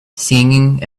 singing